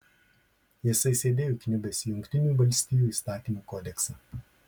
jisai sėdėjo įkniubęs į jungtinių valstijų įstatymų kodeksą